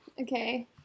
Okay